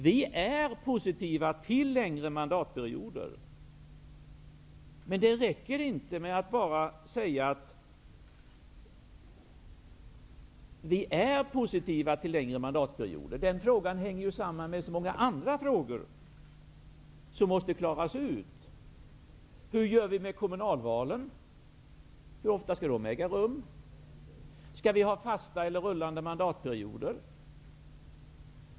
Vi är positiva till längre mandatperioder. Men det räcker inte med att bara säga att vi är positiva till längre mandatperioder. Den frågan hänger samman med så många andra frågor som måste klaras ut. Hur blir det med kommunalvalen? Hur ofta skall de äga rum? Skall det vara fasta eller rullande mandatperioder?